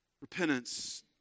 Repentance